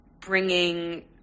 bringing